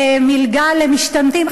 מלגה למשתמטים,